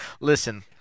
Listen